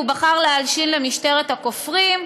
הוא בחר ללכת להלשין למשטרת הכופרים.